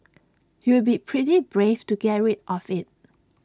you'd be pretty brave to get rid of IT